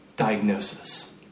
diagnosis